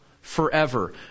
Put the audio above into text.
forever